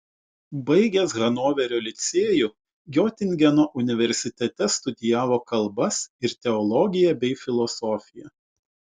baigęs hanoverio licėjų giotingeno universitete studijavo kalbas ir teologiją bei filosofiją